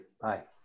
Bye